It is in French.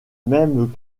mêmes